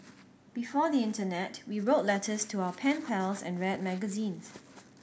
before the internet we wrote letters to our pen pals and read magazines